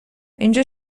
اینجا